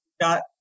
got